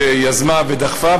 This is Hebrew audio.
שיזמה ודחפה,